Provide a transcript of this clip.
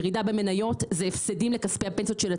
ירידה במניות זה הפסדים לכספי הפנסיות של הציבור,